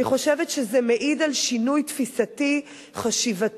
אני חושבת שזה מעיד על שינוי תפיסתי חשיבתי,